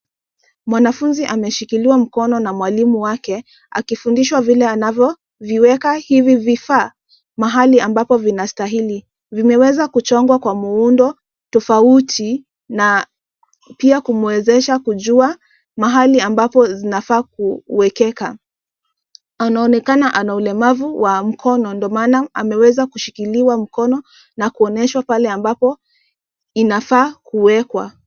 Mwanafunzi ameshikiliwa mkono na mwalimu wake akifundishwa vile anavyoviweka hivi vifaa mahali ambapo vinastahili. Vimeweza kuchongwa kwa muundo tofauti na pia kumwezesha kujua mahali ambapo zinafaa kuwekeka. Anaonekana ana ulemavu wa mkono ndio maana ameweza kushikiliwa mkono na kuonyeshwa pale ambapo inafaa kuwekwa.